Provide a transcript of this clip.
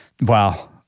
wow